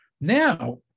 Now